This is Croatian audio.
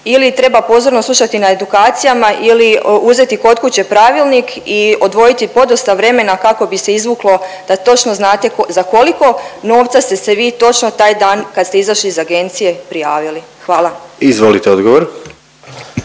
ili treba pozorno slušati na edukacijama ili uzeti kod kuće pravilnik i odvojiti podosta vremena kako bi se izvuklo da točno znate za koliko novca ste se vi točno taj dan kad ste izašli iz agencije prijavili. Hvala. **Jandroković,